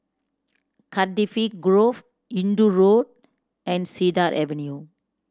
Cardifi Grove Hindoo Road and Cedar Avenue